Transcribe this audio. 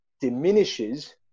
Diminishes